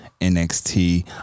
NXT